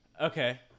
Okay